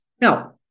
Now